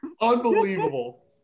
Unbelievable